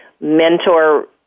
mentor